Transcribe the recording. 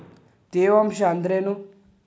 ತೇವಾಂಶ ಅಂದ್ರೇನು?